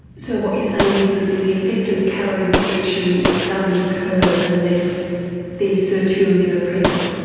so what you're saying is that the effect of calorie restriction doesn't occur unless these sirtuins are present?